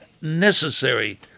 necessary